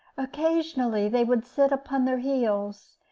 occasionally they would sit upon their heels,